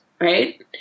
right